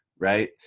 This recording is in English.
right